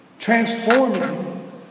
transforming